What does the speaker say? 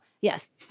yes